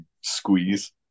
squeeze